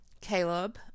Caleb